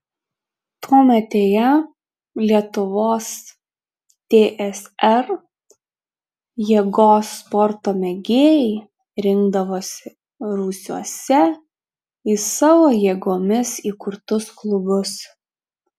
tuometėje lietuvos tsr jėgos sporto mėgėjai rinkdavosi rūsiuose į savo jėgomis įkurtus klubus